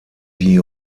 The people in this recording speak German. wie